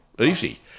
easy